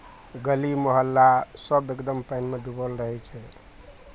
गली मोहल्ला सभ एकदम पानिमे डूबल रहै छै